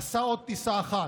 עשה עוד טיסה אחת.